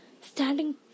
standing